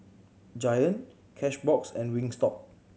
Giant Cashbox and Wingstop